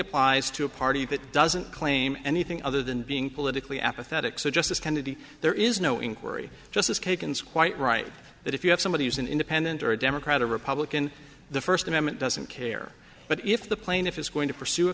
applies to a party that doesn't claim anything other than being politically apathetic so justice kennedy there is no inquiry justice kagan is quite right that if you have somebody who's an independent or a democrat a republican the first amendment doesn't care but if the plaintiff is going to pursue a